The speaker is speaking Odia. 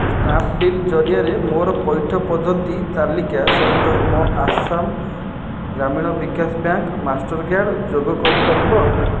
ସ୍ନାପ୍ଡ଼ୀଲ୍ ଜରିଆରେ ମୋର ପଇଠ ପଦ୍ଧତି ତାଲିକା ସହିତ ମୋ ଆସାମ ଗ୍ରାମୀଣ ବିକାଶ ବ୍ୟାଙ୍କ୍ ମାଷ୍ଟର୍କାର୍ଡ଼୍ ଯୋଗ କରିପାରିବ